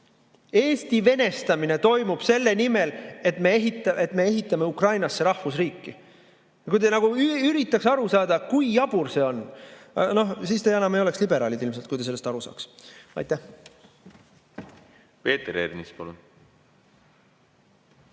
Eesti venestamine toimub selle nimel, et me ehitame Ukrainasse rahvusriiki. Kui te üritaks aru saada, kui jabur see on! Siis te aga ei oleks enam ilmselt liberaalid, kui te sellest aru saaks. Aitäh! Peeter Ernits,